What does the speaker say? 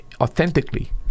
authentically